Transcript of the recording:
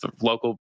local